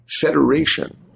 federation